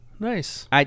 Nice